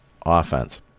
offense